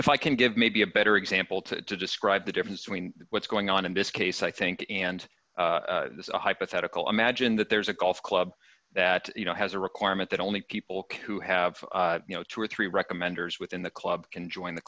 if i can give maybe a better example to describe the difference between what's going on in this case i think and this is a hypothetical imagine that there's a golf club that you know has a requirement that only people who have you know two or three recommenders within the club can join the